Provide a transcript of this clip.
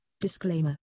Disclaimer